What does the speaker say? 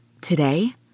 today